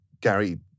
Gary